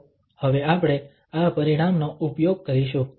તો હવે આપણે આ પરિણામનો ઉપયોગ કરીશું